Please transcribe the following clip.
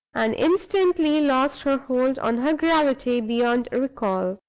and instantly lost her hold on her gravity beyond recall.